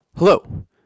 Hello